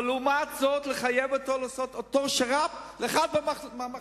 אבל לעומת זאת לחייב אותו לעשות את אותו שר"פ לאחד מהמחלקה.